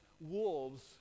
wolves